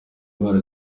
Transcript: indwara